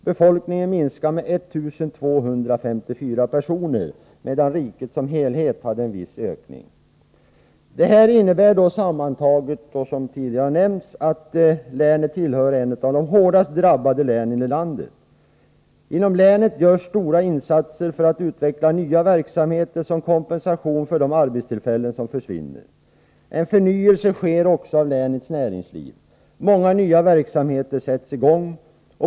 Befolkningen där minskade nämligen med 1 254 personer medan riket som helhet uppvisade en viss ökning. Sammantaget innebär detta, som tidigare nämnts, att Gävleborgs län är ett av de hårdast drabbade länen i landet. Inom länet gör man stora insatser för att utveckla nya verksamheter som kompensation för de arbetstillfällen som försvinner. En förnyelse sker också av länets näringsliv. Många nya verksamheter sätts i gång.